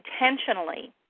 intentionally